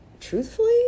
truthfully